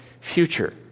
future